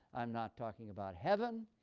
i'm not talking about heaven.